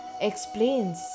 explains